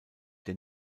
der